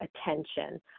attention